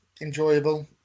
enjoyable